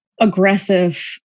aggressive